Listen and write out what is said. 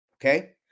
okay